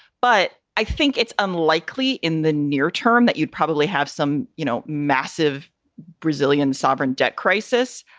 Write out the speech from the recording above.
but i think it's unlikely in the near term that you'd probably have some, you know, massive brazilian sovereign debt crisis.